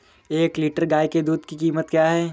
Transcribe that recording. एक लीटर गाय के दूध की कीमत क्या है?